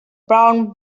brown